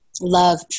love